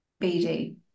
BD